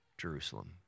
Jerusalem